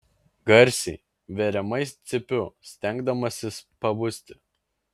garsiai veriamai cypiu stengdamasis pabusti